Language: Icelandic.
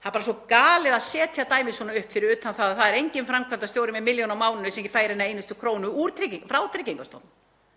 Það er bara svo galið að setja dæmið svona upp, fyrir utan það að það er enginn framkvæmdastjóri með milljón á mánuði sem fær eina einustu krónu frá Tryggingastofnun.